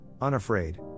unafraid